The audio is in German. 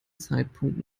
zeitpunkt